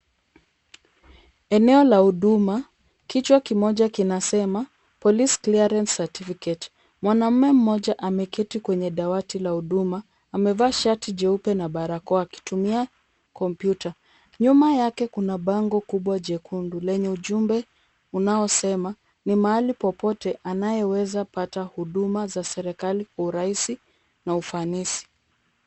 Eneo la huduma kichwa kimoja kinasema police clearance certificate . Mwanamume mmoja ameketi kwenye dawati la huduma amevaa shati jeupe na barakoa akitumia kompyuta. Nyuma yake kuna bango kubwa jekundu lenye ujumbe unaosema ni mahali popote anayoweza pata huduma za serikali kwa urahisi na ufanisi.